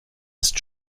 ist